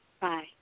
Bye